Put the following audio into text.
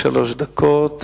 לרשותך שלוש דקות.